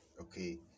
Okay